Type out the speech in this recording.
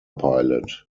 pilot